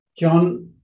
John